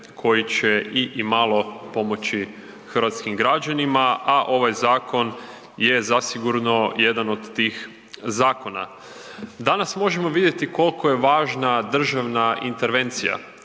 koji će i imalo pomoći hrvatskim građanima, a ovaj zakon je zasigurno jedan od tih zakona. Danas možemo vidjeti koliko je važna državna intervencija,